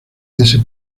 ese